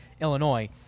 Illinois